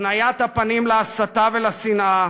הפניית הפנים להסתה ולשנאה,